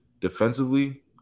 defensively